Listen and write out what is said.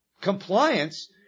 Compliance